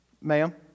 Ma'am